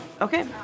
Okay